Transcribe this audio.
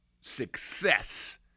success